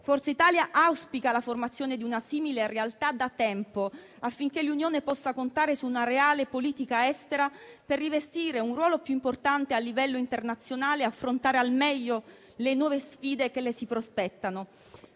Forza Italia auspica la formazione di una simile realtà da tempo affinché l'Unione possa contare su una reale politica estera per rivestire un ruolo più importante a livello internazionale e affrontare al meglio le nuove sfide che le si prospettano.